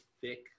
thick